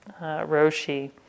Roshi